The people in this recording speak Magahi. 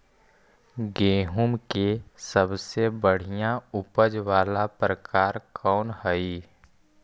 गेंहूम के सबसे बढ़िया उपज वाला प्रकार कौन हई?